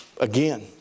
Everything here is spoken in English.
Again